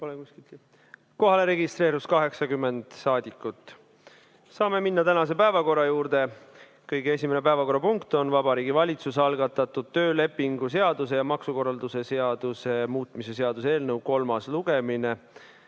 Kohalolijaks registreerus 80 rahvasaadikut. Saame minna tänase päevakorra juurde. Esimene päevakorrapunkt on Vabariigi Valitsuse algatatud töölepingu seaduse ja maksukorralduse seaduse muutmise seaduse eelnõu kolmas lugemine.